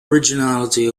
originality